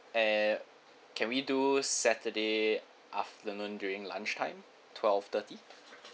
and can we do saturday afternoon during lunch time twelve thirty